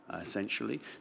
essentially